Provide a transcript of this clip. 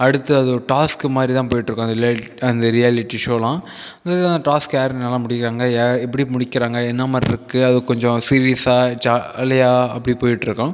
அடுத்து அது ஒரு டாஸ்க்கு மாதிரி தான் போய்ட்டு இருக்கும் அந்த ரியாலிட்டி ஷோலாம் இதுதான் டாஸ்க்கு யார் நல்லா முடிக்கிறாங்க எப்படி முடிக்கிறாங்க என்ன மாதிரிருக்கு அது கொஞ்சம் சீரியஸாக ஜாலியாக அப்படி போய்ட்டுருக்கும்